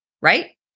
right